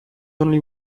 only